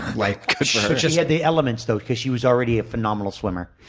like she she had the elements though because she was already a phenomenal swimmer.